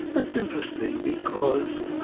that's interesting, because